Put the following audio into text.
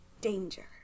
Danger